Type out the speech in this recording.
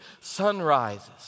sunrises